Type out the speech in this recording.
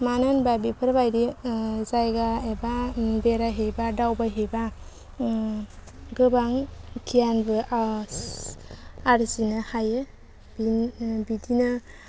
मानो होनबा बेफोरबायदि जायगा एबा बेरायहैबा दावबायहैबा गोबां गियानबो आरजिनो हायो बिदिनो